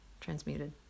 Transmuted